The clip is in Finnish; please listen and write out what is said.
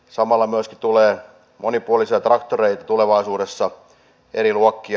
samalla myöskin tulee monipuolisia traktoreita tulevaisuudessa eri luokkia